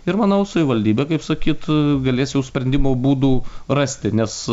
ir manau savivaldybė kaip sakyt galės jau sprendimo būdų rasti nes